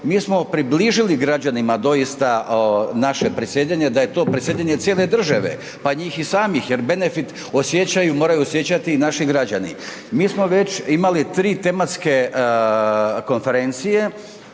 mi smo približili građanima doista naše predsjedanje, da je to predsjedanje cijele države, pa njih i samih jer benefit osjećaju, moraju osjećati i naši građani. Mi smo već imali 3 tematske konferencije,